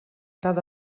cada